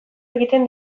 egiten